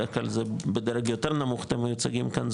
בדרך כלל זה בדרג יותר נמוך אתם מיוצגים כאן,